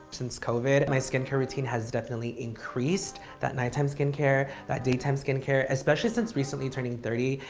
since covid and my skincare routine has definitely increased. that nighttime skincare, that daytime skincare, especially since recently turning thirty.